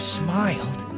smiled